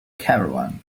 caravan